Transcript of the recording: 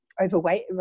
overweight